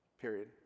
period